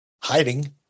hiding